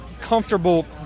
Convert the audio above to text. comfortable